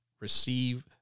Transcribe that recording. receive